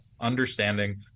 understanding